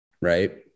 Right